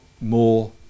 more